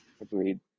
Agreed